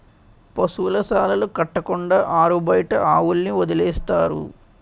పశువుల శాలలు కట్టకుండా ఆరుబయట ఆవుల్ని వదిలేస్తారు